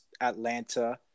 Atlanta